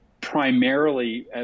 primarily